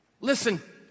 Listen